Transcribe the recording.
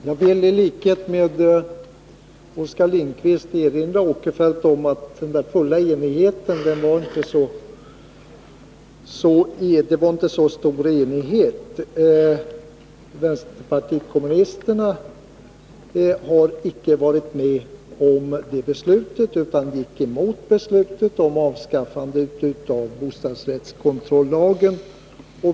Herr talman! Jag vill i likhet med Oskar Lindkvist erinra herr Åkerfeldt om att enigheten inte var så stor vid avskaffandet av bostadsrättskontrollagen. Vänsterpartiet kommunisterna ställde sig inte bakom det beslutet utan gick emot det.